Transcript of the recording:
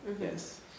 Yes